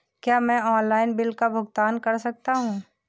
क्या मैं online bill का भुगतान कर सकता हूँ?